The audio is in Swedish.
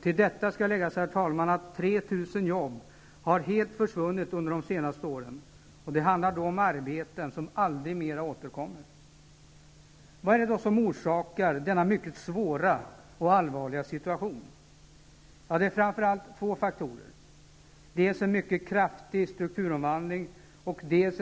Till detta, herr talman, skall läggas att 3 000 jobb helt har försvunnit under de senaste åren. Det handlar då om arbeten som aldrig mer återkommer. Vad är det då som orsakar denna mycket svåra och allvarliga situation? Det är framför allt två faktorer, dels en mycket kraftig strukturomvandling, dels